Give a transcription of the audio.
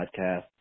Podcast